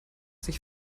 sich